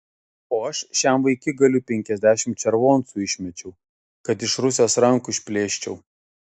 o aš šiam vaikigaliui penkiasdešimt červoncų išmečiau kad iš rusės rankų išplėščiau